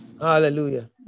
Hallelujah